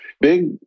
big